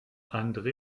andre